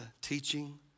teaching